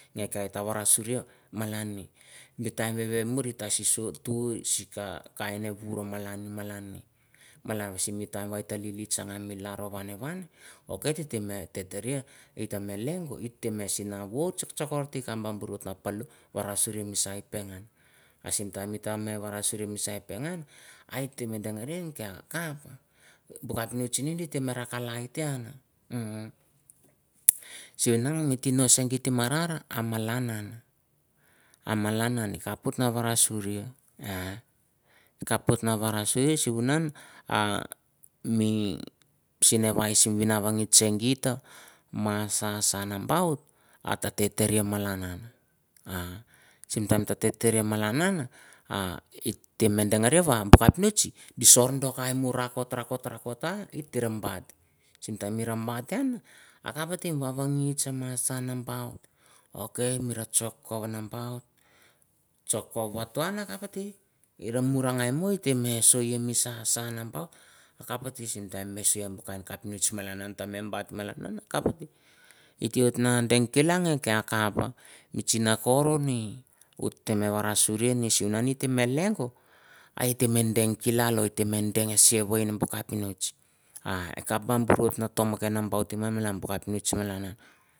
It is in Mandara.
Ngo ka e ta varasuria malan ni, bu taim vevemuir i ta si so tur sika kain e vur malan ni, malan simi taim e ta lili tsanga mi lalro vanevan, ok tete mi te taria ita me lengo it te mi sinavo tsaok tskor te kap ba bur oit na palo varasuri e pengan. A simi taim ita me varasuri misa e pengan a et te me dengare nge kea kap bu kapinots ni di te me bra kalai te an. Hmm sivunan mi tino se geit i marar a malan an, a malana an i kap oit na varasuri, i kapoit na varasuri sivunan a mi sinevai simi vinangits se geit ta ma sa sa nambaut, a ta te tere malan an, sim taim tete tere malan an a it te me dengare va bu kapinots di sor do kai mu rakot rakot rakot ra it te ra bait. simi taim i ra bait an akapate mi vavangits ma sa nambaut. okmi ra tsok kov nambaut, tsok kov vato an akapatei ra murangai mo ite me soemi sasa nambaut okapate sim taim e soe bu kain kapinots malan an ta me bait malan an akapate, i te oit na deng kila nge ka akap mi tsinakor, ni, ute me varasuri. a ete me leong a i te mee deng kilal o et te me deng sevan bu kapinots, a kapinots, a kap ba bur oit na tom ke nambautim ngan bu kapinots malan an.